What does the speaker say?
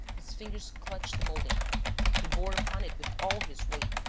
his fingers clutched the moulding he bore upon it with all his weight.